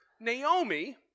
Naomi